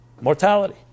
mortality